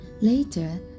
Later